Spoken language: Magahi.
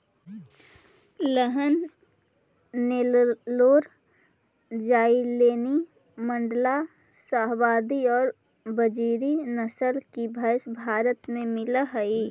हसन, नैल्लोर, जालौनी, माण्ड्या, शाहवादी और बजीरी नस्ल की भेंड़ भारत में मिलअ हई